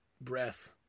breath